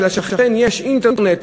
כשלשכן יש אינטרנט,